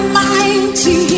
mighty